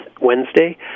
Wednesday